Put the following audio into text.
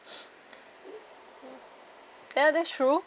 ya that's true